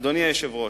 אדוני היושב-ראש.